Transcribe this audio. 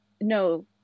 No